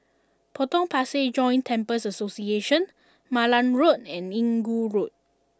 Potong Pasir Joint Temples Association Malan Road and Inggu Road